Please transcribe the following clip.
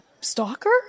stalker